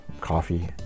coffee